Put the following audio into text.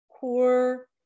core